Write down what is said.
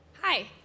hi